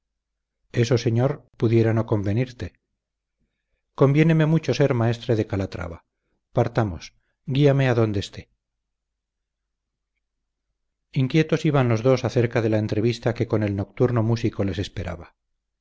eso señor pudiera no convenirte conviéneme mucho ser maestre de calatrava partamos guíame a donde esté inquietos iban los dos acerca de la entrevista que con el nocturno músico les esperaba